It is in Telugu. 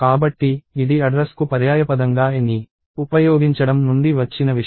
కాబట్టి ఇది అడ్రస్ కు పర్యాయపదంగా a ని ఉపయోగించడం నుండి వచ్చిన విషయం